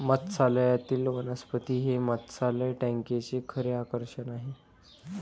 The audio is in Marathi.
मत्स्यालयातील वनस्पती हे मत्स्यालय टँकचे खरे आकर्षण आहे